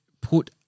put